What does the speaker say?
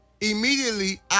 immediately